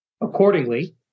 Accordingly